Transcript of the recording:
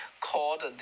called